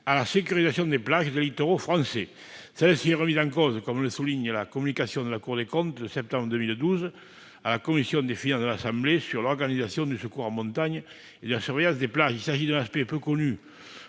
à la sécurisation des plages des littoraux français. Cette participation est remise en cause, comme le souligne la Cour des comptes dans une communication de septembre 2012 devant la commission des finances de l'Assemblée nationale sur l'organisation du secours en montagne et de la surveillance des plages. Il s'agit d'un aspect peu connu